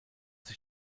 sich